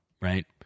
right